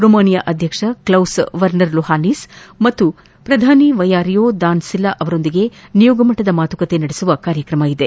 Romania ಅಧ್ಯಕ್ಷ Klaus Werner Iohannis ಹಾಗೂ ಪ್ರಧಾನಿ ವಯೋರಿಕಾ ದಾನ್ಲಿಲಾ ಅವರೊಂದಿಗೆ ನಿಯೋಗಮಟ್ಟದ ಮಾತುಕತೆ ನಡೆಸುವ ಕಾರ್ಯಕ್ರಮವಿದೆ